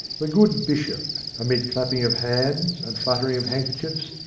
the good bishop, amid clapping of hands and fluttering of handkerchiefs,